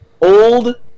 old